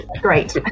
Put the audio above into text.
great